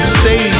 stay